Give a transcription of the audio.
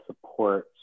support